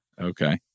Okay